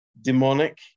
demonic